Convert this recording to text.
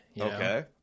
Okay